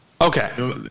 Okay